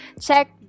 check